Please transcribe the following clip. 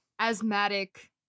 asthmatic